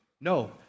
No